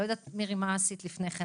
אני לא יודעת מה עשית לפני כן,